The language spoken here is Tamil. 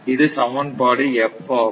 இது சமன்பாடு F ஆகும்